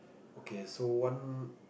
okay so one